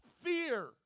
Fear